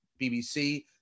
BBC